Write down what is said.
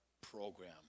program